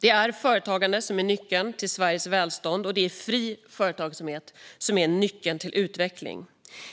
Det är företagande som är nyckeln till Sveriges välstånd, och det är fri företagsamhet som är nyckeln till utveckling.